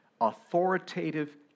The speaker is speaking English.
authoritative